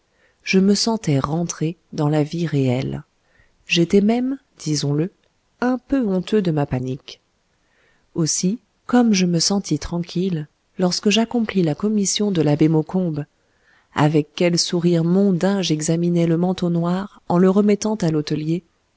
je me sentais rentré dans la vie réelle j'étais même disons-le un peu honteux de ma panique aussi comme je me sentis tranquille lorsque j'accomplis la commission de l'abbé maucombe avec quel sourire mondain j'examinai le manteau noir en le remettant à l'hôtelier